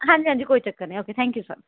ਹਾਂਜੀ ਹਾਂਜੀ ਕੋਈ ਚੱਕਰ ਨੀ ਓਕੇ ਥੈਂਕ ਯੂ ਸਰ